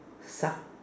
suck